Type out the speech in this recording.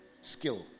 skill